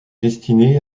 destiné